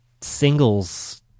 singles